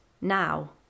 now